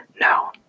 No